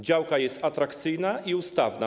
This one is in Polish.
Działka jest atrakcyjna i ustawna.